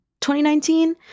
2019